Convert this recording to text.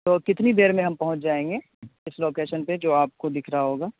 کتنی دیر میں ہم پہنچ جائیں گے اس لوکیشن پہ جو آپ کو دکھ رہا ہوگا